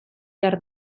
behar